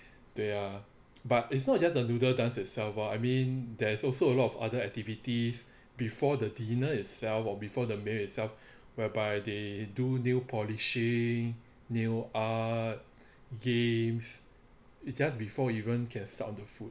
对啊 but it's not just the noodle dance itself or I mean there's also a lot of other activities before the dinner itself or before the meal itself whereby they do meal polishing meal art games it's just before you can even start on the food